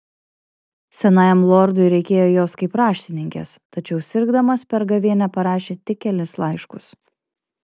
senajam lordui reikėjo jos kaip raštininkės tačiau sirgdamas per gavėnią parašė tik kelis laiškus